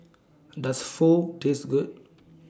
Does Pho Taste Good